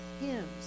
hymns